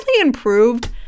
improved